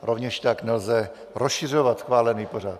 Rovněž tak nelze rozšiřovat schválený pořad.